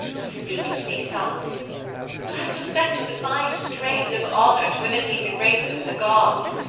speak to me, son thou hast affected the fine strains of honour, to imitate the graces of the gods,